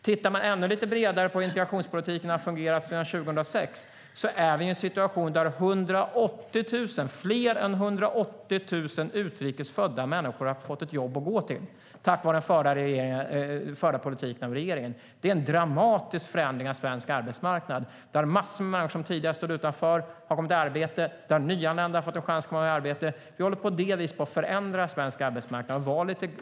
Tittar man lite bredare på hur integrationspolitiken har fungerat sedan 2006 ser man att vi är i en situation där fler än 180 000 utrikes födda människor har fått ett jobb att gå till tack vare den av regeringen förda politiken. Det är en dramatisk förändring av svensk arbetsmarknad. Massor av människor som tidigare stod utanför har kommit i arbete, och nyanlända har fått en chans att komma i arbete. Vi håller på det viset på att förändra svensk arbetsmarknad.